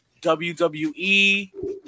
WWE